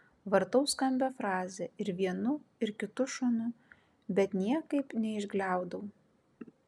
vartau skambią frazę ir vienu ir kitu šonu bet niekaip neišgliaudau